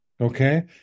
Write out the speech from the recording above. Okay